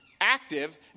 active